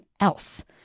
else